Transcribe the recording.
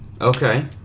Okay